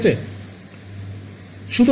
ছাত্র ছাত্রীঃঠিক আছে